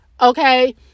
okay